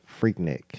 Freaknik